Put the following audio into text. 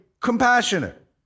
compassionate